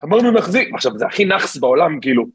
אמרנו מחזיק, עכשיו זה הכי נאחס בעולם כאילו.